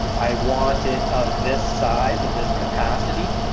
i want it of this size, of this capacity.